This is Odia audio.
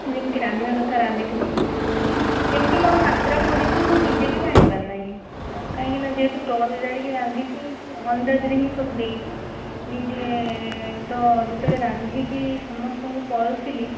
ଯେମିତି ରାନ୍ଧିବା କଥା ରାନ୍ଧିଥିଲି କେମିତି କ'ଣ ମାତ୍ର ପଡ଼ିଛି ମୁଁ ନିଜେ ବି ଜାଣିପାରିନାହିଁ କାହିଁକିନା ଯେହେତୁ ଟର୍ଚ୍ଚ ଜାଳିକି ରାନ୍ଧିଛି ଅନ୍ଦାଜରେ ହିଁ ସବୁ ଦେଇଛି ନିଜେ ତ ଯେତେବେଳେ ରାନ୍ଧିକି ସମସ୍ତଙ୍କୁ ପରୋସିଲି